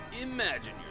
Imagine